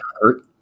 hurt